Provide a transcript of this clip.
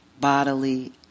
bodily